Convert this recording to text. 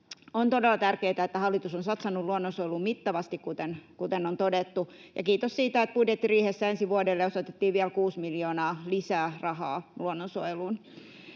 On todella tärkeätä, että hallitus on satsannut luonnonsuojeluun mittavasti, kuten on todettu, ja kiitos siitä, että budjettiriihessä ensi vuodelle osoitettiin vielä kuusi miljoonaa lisää rahaa luonnonsuojeluun.